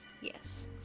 yes